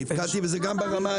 נתקלתי בזה גם.